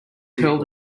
curled